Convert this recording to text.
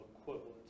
equivalent